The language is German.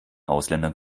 ausländern